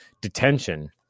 detention